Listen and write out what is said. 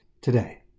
Today